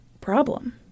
problem